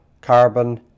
carbon